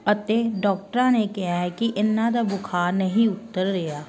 ਅਤੇ ਡੋਕਟਰਾਂ ਨੇ ਕਿਹਾ ਕਿ ਇਹਨਾਂ ਦਾ ਬੁਖਾਰ ਨਹੀਂ ਉੱਤਰ ਰਿਹਾ